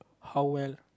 how well